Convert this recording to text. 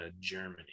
germany